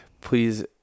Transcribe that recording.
please